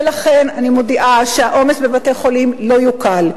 ולכן, אני מודיעה שהעומס בבתי-החולים לא יוקל,